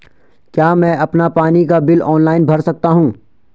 क्या मैं अपना पानी का बिल ऑनलाइन भर सकता हूँ?